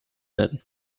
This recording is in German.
werden